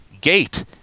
gate